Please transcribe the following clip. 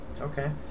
Okay